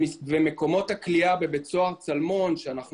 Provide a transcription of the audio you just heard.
ומקומות הכליאה בבית סוהר צלמון כשאנחנו